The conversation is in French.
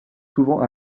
souvent